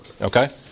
Okay